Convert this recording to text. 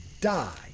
die